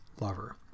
lover